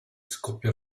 scoppia